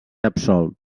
absolt